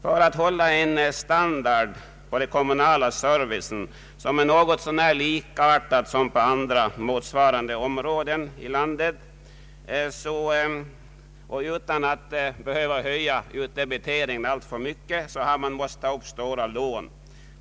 För att hålla en standard på den kommunala servicen som är något så när likvärdig den i andra motsvarande områden utan att ytterligare höja utdebiteringen har stora lån måst upptagas.